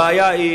הבעיה היא